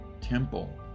temple